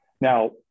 Now